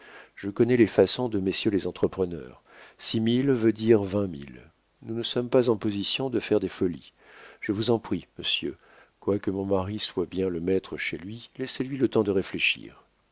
je connais les façons de messieurs les entrepreneurs six mille veut dire vingt mille nous ne sommes pas en position de faire des folies je vous en prie monsieur quoique mon mari soit bien le maître chez lui laissez-lui le temps de réfléchir